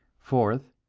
fourth,